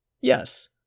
Yes